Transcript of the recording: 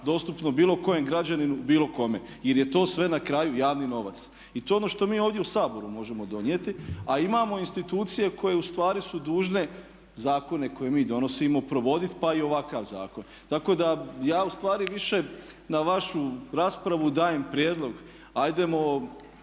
dostupno bilo kojem građaninu bilo kome. Jer je to sve na kraju javni novac. I to je ono što mi ovdje u Saboru možemo donijeti. A imamo institucije koje ustvari su dužne zakone koje mi donosimo provoditi pa i ovakav zakon. Tako da ja ustvari više na vašu raspravu dajem prijedlog ajdemo